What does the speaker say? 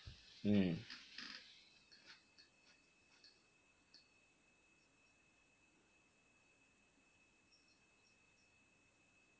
mm